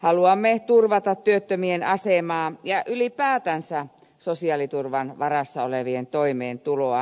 haluamme turvata työttömien asemaa ja ylipäätänsä sosiaaliturvan varassa olevien toimeentuloa